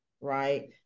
right